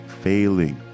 failing